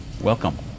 Welcome